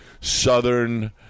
southern